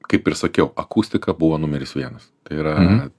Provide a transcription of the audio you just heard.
kaip ir sakiau akustika buvo numeris vienas tai yra